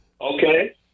Okay